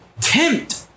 Tempt